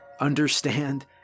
understand